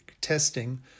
testing